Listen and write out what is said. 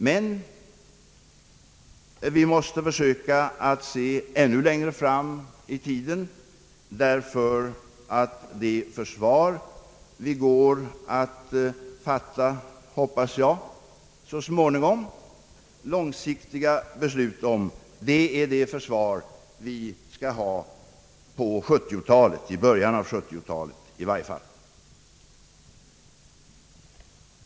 Men vi måste försöka att se ännu längre fram i tiden, därför att det försvar vi går att fatta — så småningom hoppas jag — långsiktiga beslut om är det försvar vi skall ha i början av 1970-talet.